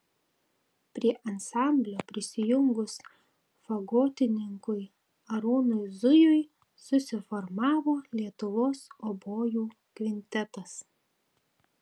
prie ansamblio prisijungus fagotininkui arūnui zujui susiformavo lietuvos obojų kvintetas